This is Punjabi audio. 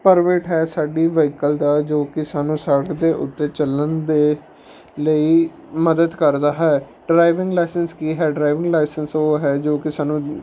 ਪਰਮਿਟ ਹੈ ਸਾਡੀ ਵਹੀਕਲ ਦਾ ਜੋ ਕਿ ਸਾਨੂੰ ਸੜਕ ਦੇ ਉੱਤੇ ਚੱਲਣ ਦੇ ਲਈ ਮਦਦ ਕਰਦਾ ਹੈ ਡਰਾਈਵਿੰਗ ਲਾਇਸੈਂਸ ਕੀ ਹੈ ਡਰਾਈਵਿੰਗ ਲਾਇਸੈਂਸ ਉਹ ਹੈ ਜੋ ਕਿ ਸਾਨੂੰ